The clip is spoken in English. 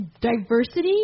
diversity